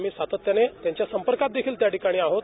आम्ही सातत्याने त्यांच्या संर्पकात देखील त्या ठिकाणी आहोत